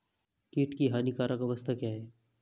कीट की हानिकारक अवस्था क्या है?